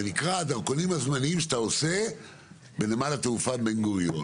שנקרא הדרכונים הזמניים שאתה עושה בנמל התעופה בן גוריון.